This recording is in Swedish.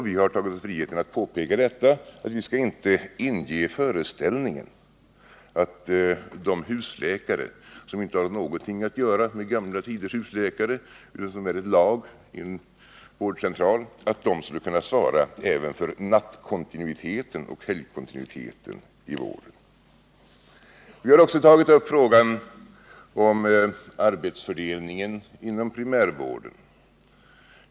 Vi har tagit o§s friheten att påpeka att vi inte skall inge någon föreställningen att husläkarna — som inte har någonting att göra med gamla tiders husläkare, utan som är ett lag i en vårdcentral — skulle kunna svara även för nattkontinuiteten och helgkontinuiteten i vården. Vi har också tagit upp frågan om arbetsfördelningen inom primärvården.